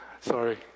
Sorry